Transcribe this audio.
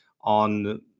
on